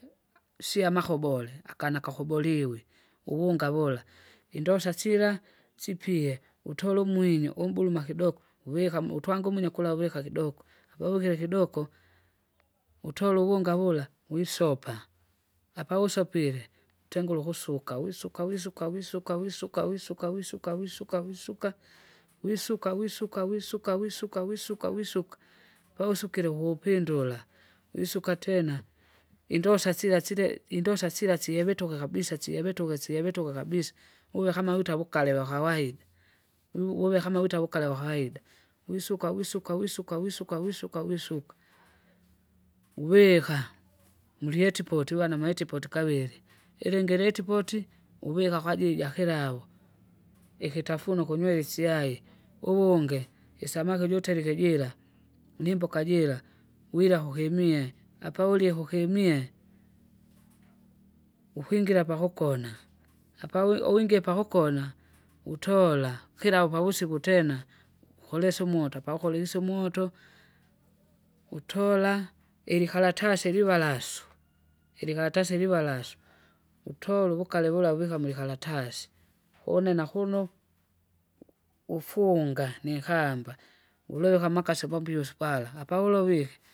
Siya amakobole akana kahoboliwi, uwunga vula indosa sila sipie utole umwinyu umbuluma kidoko uvika mula utwanguminyi kula uvika kidoko, apauvikile kidoko? Utole uwunga vula, mwiopa, apausopile, utengule ukusuka wisuka wisuka wisuka wisuka wisuka wisuka wisuka wisuka, wisuka wisuka wisuka wisuka wisuka wisuka, apausukile uvupindula, wisuka tena, indosa sila sila i- indosa sila sihevetuke kibisa sihevetuke sihevetuke kabisa, uve kama utawukalewakawaida, u- uwe kama utawukale wakaida, wisuka wisuka wisuka wisuka wisuka wisuka, uvika mulietipoti wana moetipoti kavili. Ilingi lietipoti, uvika kwajili jakilavu, ikitafunwa ukunywela isyai, uvungi, isamaki ujuterike jira, nimboka jira wila kukemie apaulye kukemie, ukwingira pakukona, apa uwi- uwingie pakukona, utola kilau pausiku tena, ukolise umoto pakolise umoto, utola, ilikaratasi livalasu, ilikaratasi livalasu, utola uvukale vula uvika mwikaratasi, uhune na kuno, ufunga nikamba, uloveka amakasi pambiusu pala apaulowike.